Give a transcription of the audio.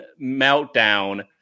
meltdown